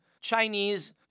Chinese